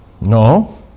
No